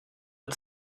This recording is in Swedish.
ett